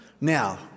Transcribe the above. Now